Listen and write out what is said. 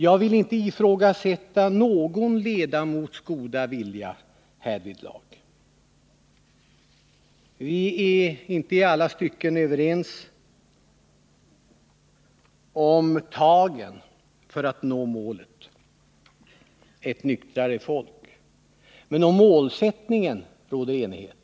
Jag vill inte ifrågasätta någon ledamots goda vilja härvidlag. Vi är inte i alla stycken överens om tagen för att nå målet ett nyktrare folk, men om själva målsättningen råder enighet.